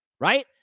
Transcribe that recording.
Right